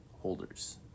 holders